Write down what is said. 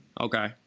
Okay